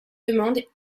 demande